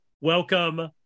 welcome